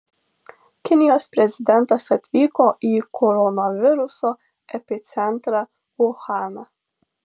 kinijos prezidentas atvyko į koronaviruso epicentrą uhaną